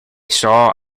saw